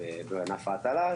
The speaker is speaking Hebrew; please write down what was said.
בענף ההטלה,